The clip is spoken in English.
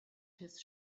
his